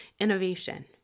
innovation